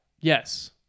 yes